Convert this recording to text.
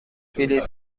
بلیط